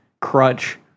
crutch